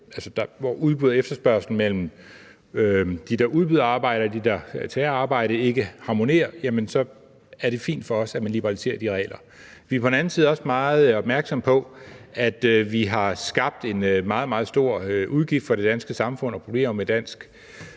arbejdet, og efterspørgslen efter dem, der tager arbejdet, ikke harmonerer. Så er det fint for os, at man liberaliserer de regler. Vi er på den anden side også meget opmærksomme på, at vi har skabt en meget, meget stor udgift for det danske samfund og problemer med dansk